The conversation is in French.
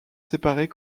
séparés